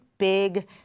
big